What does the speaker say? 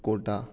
Kota